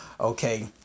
Okay